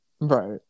Right